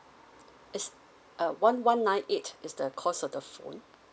it's uh one one nine eight is the cost of the phone